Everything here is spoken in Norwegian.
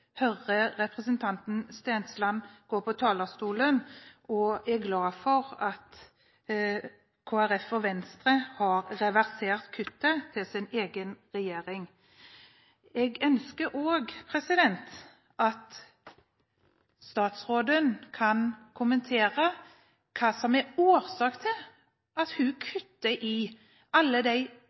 høre representanten Stensland gå på talerstolen og være glad for at Kristelig Folkeparti og Venstre har reversert kuttet til sin egen regjering. Jeg ønsker også at statsråden kan kommentere hva som er årsak til at hun kutter i alle